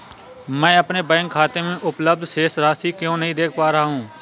मैं अपने बैंक खाते में उपलब्ध शेष राशि क्यो नहीं देख पा रहा हूँ?